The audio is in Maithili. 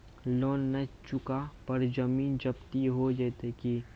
लोन न चुका पर जमीन जब्ती हो जैत की?